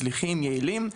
מצליחים ויעילים.